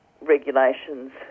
regulations